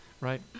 right